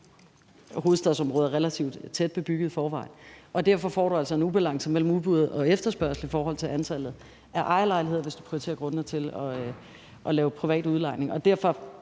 hovedstadsområdet er relativt tæt bebygget i forvejen. Derfor får du altså en ubalance imellem udbud og efterspørgsel i forhold til antallet af ejerlejligheder, hvis du prioriterer grundene til at lave privat udlejning.